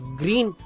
green